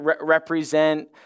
represent